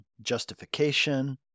justification